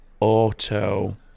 Auto